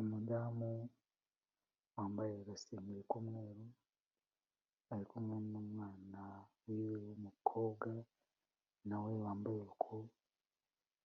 Umudamu wambaye agasengeri mu k'umweru, ari kumwe n'umwana wiwe w'umukobwa na we wambaye uko,